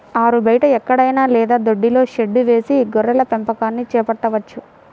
ఆరుబయట ఎక్కడైనా లేదా దొడ్డిలో షెడ్డు వేసి గొర్రెల పెంపకాన్ని చేపట్టవచ్చు